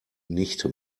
nicht